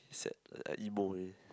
sad like emo leh